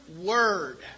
word